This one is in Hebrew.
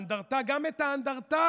גם את האנדרטה